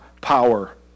power